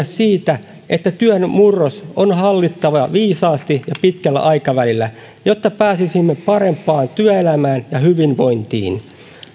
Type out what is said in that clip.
siitä että työn murros on hallittava viisaasti ja pitkällä aikavälillä jotta pääsisimme parempaan työelämään ja hyvinvointiin